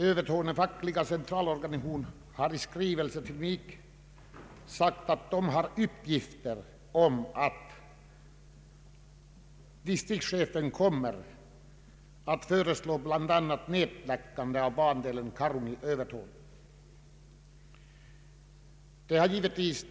Övertorneå fackliga centralorganisation har i skrivelse till mig framhållit att man fått uppgifter om att distriktschefen kommer att föreslå bl.a. nedläggning av bandelen Karungi-Övertorneå.